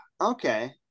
Okay